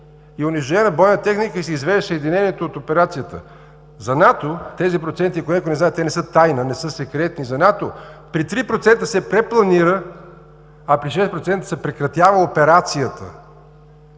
и унищожена бойна техника се извеждаше съединението от операцията. За НАТО тези проценти, ако някои не знаете, не са тайна, не са секретни, при 3% се препланира, а при 6% се прекратява операцията.